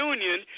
Union